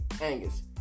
Angus